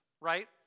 right